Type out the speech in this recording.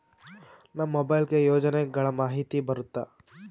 ನಮ್ ಮೊಬೈಲ್ ಗೆ ಯೋಜನೆ ಗಳಮಾಹಿತಿ ಬರುತ್ತ?